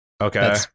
Okay